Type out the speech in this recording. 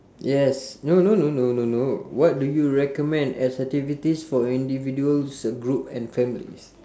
yes no no no no no what do you recommend as activities for individuals group and families